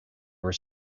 were